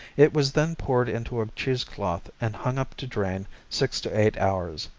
it was then poured into a cheesecloth and hung up to drain six to eight hours.